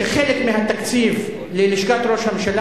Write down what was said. אתה יודע שחלק מהתקציב ללשכת ראש הממשלה